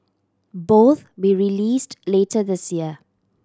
both be released later this year